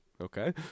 okay